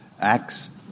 acts